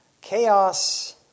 Chaos